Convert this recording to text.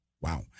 Wow